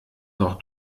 noch